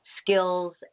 skills